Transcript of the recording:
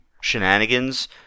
shenanigans